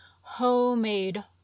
homemade